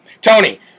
Tony